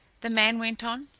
the man went on.